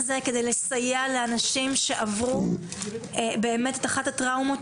כדי לסייע לאנשים שעברו את אחת הטראומות